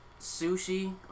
sushi